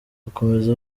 akomeza